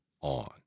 on